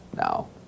now